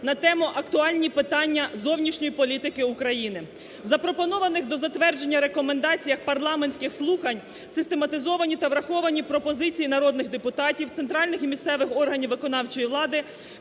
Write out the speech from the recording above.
на тему: "Актуальні питання зовнішньої політики України". В запропонованих до затвердження рекомендаціях парламентських слухань систематизовані та враховані пропозиції народних депутатів, центральних і місцевих органів виконавчої влади,